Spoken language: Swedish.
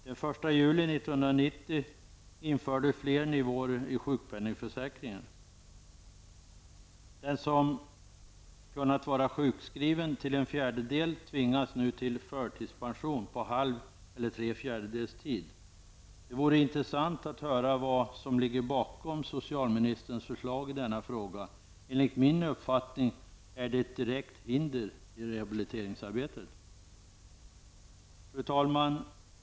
Den 1 juli 1990 infördes fler nivåer i sjukpenningförsäkringen. Den som kunnat vara sjukskriven till en fjärdedel tvingas nu till förtidspension på halv eller tre fjärdedels tid. Det vore intressant att höra vad som ligger bakom socialministerns förslag i denna fråga. Enligt min uppfattning är det ett direkt hinder i rehabiliteringsarbetet. Fru talman!